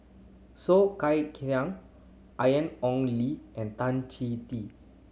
Soh Kay Siang Ian Ong Li and Tan Chee Tee